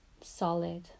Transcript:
solid